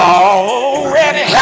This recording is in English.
already